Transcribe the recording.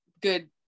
good